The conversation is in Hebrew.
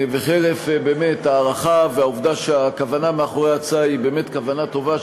וחרף ההערכה והעובדה שהכוונה מאחורי ההצעה היא באמת כוונה טובה,